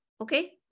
okay